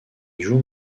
joue